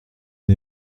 une